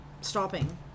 stopping